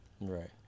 Right